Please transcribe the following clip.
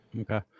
okay